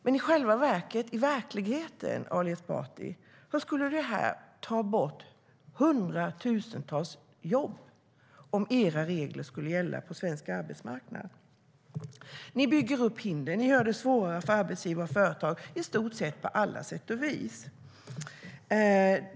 Men i själva verket - i verkligheten - skulle hundratusentals jobb tas bort om era regler skulle gälla på svensk arbetsmarknad. Ni bygger upp hinder. Ni gör det svårare för arbetsgivare och företag i stort sett på alla sätt och vis.